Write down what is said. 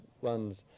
one's